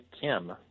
Kim